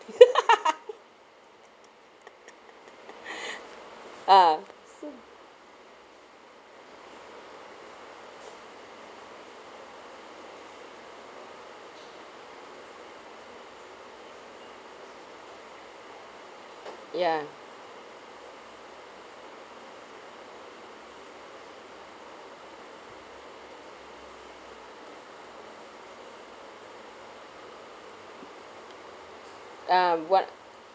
ah so ya um what